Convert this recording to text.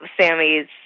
Sammy's